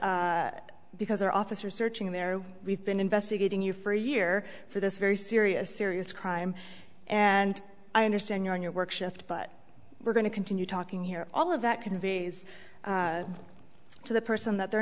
because our officer searching there we've been investigating you for a year for this very serious serious crime and i understand you're in your work shift but we're going to continue talking here all of that conveys to the person that they're